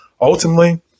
ultimately